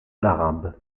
l’arabe